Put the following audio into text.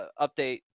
update